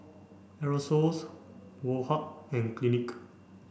Aerosoles Woh Hup and Clinique